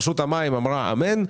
רשות המים אמרה אמן,